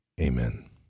Amen